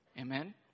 Amen